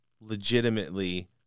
legitimately